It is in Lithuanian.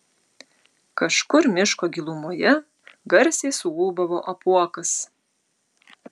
kažkur miško gilumoje garsiai suūbavo apuokas